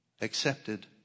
accepted